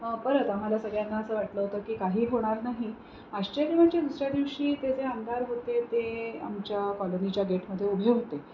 परत आम्हाला सगळ्यांना असं वाटलं होतं की काही होणार नाही आश्चर्य म्हणजे दुसऱ्या दिवशी ते जे आमदार होते ते आमच्या कॉलनीच्या गेटमध्ये उभे होते